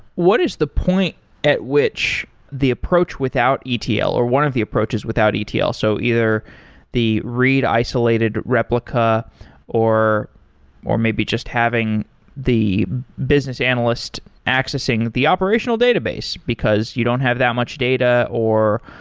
what is the point at which the approach without etl or one of the approaches without etl. so either the read isolated replica or or maybe just having the business analyst accessing the operational database, because you don't have that much data, or